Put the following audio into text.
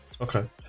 Okay